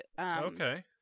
Okay